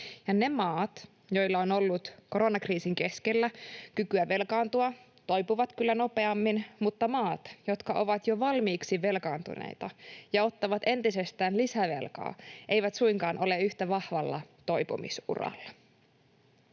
Ne maat, joilla on ollut koronakriisin keskellä kykyä velkaantua, toipuvat kyllä nopeammin, mutta ne maat, jotka ovat jo valmiiksi velkaantuneita ja ottavat entisestään lisävelkaa, eivät suinkaan ole yhtä vahvalla toipumisuralla.